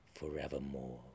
Forevermore